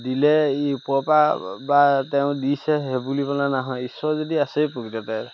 দিলে ই ওপৰৰপৰা বা তেওঁ দিছে সেই বুলি বোলে নহয় ঈশ্বৰ যদি আছেই প্ৰকৃততে